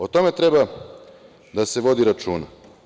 O tome treba da se vodi računa.